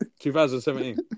2017